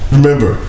Remember